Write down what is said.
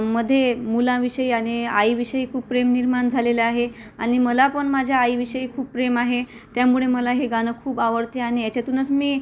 मध्ये मुलाविषयी आणि आईविषयी खूप प्रेम निर्माण झालेलं आहे आणि मला पण माझ्या आईविषयी खूप प्रेम आहे त्यामुळे मला हे गाणं खूप आवडते आणि याच्यातूनच मी